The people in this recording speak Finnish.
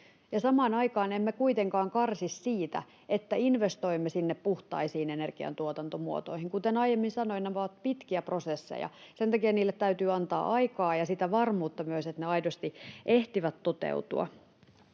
Samaan aikaan emme kuitenkaan karsi siitä, että investoimme puhtaisiin energiantuotantomuotoihin. Kuten aiemmin sanoin, nämä ovat pitkiä prosesseja. Sen takia niille täytyy antaa aikaa ja sitä varmuutta myös, että ne aidosti ehtivät toteutua.